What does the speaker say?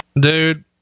Dude